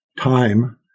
time